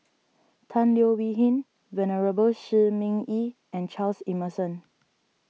Tan Leo Wee Hin Venerable Shi Ming Yi and Charles Emmerson